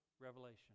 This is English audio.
Revelation